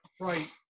Right